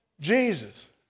Jesus